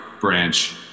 branch